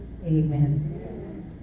Amen